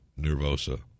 nervosa